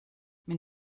wenn